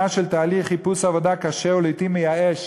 של תהליך חיפוש עבודה קשה ולעתים מייאש